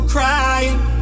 crying